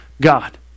God